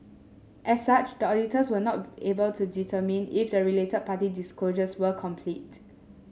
as such the auditors were not able to determine if the related party disclosures were complete